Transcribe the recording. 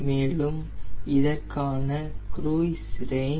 மேலும் இதற்கான cruise range 0